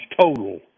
total